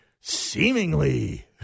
Seemingly